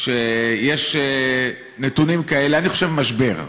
שיש נתונים כאלה, אני חושב שמשבר.